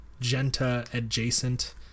Genta-adjacent